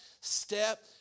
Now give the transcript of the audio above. step